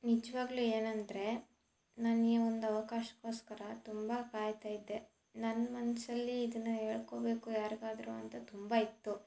ನಿಜವಾಗ್ಲು ಏನೆಂದ್ರೆ ನನಗೆ ಈ ಒಂದು ಅವಕಾಶಕ್ಕೋಸ್ಕರ ತುಂಬ ಕಾಯ್ತ ಇದ್ದೆ ನನ್ನ ಮನಸಲ್ಲಿ ಇದನ್ನು ಹೇಳ್ಕೊಬೇಕು ಯಾರಿಗಾದ್ರು ಅಂತ ತುಂಬ ಇತ್ತು